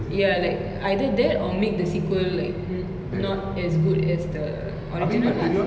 ya like either that or make the sequel like not as good as the original lah